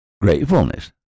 Gratefulness